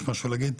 יש משהו להגיד?